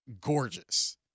gorgeous